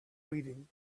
reading